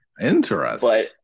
interesting